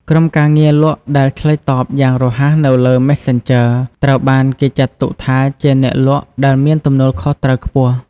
ក្រុមការងារលក់ដែលឆ្លើយតបយ៉ាងរហ័សនៅលើ Messenger ត្រូវបានគេចាត់ទុកថាជាអ្នកលក់ដែលមានទំនួលខុសត្រូវខ្ពស់។